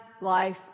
life